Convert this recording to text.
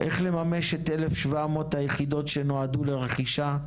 איך לממש את 1,700 היחידות שנועדו לרכישה?